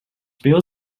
built